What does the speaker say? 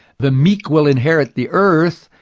the meek will inherit the earth.